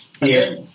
Yes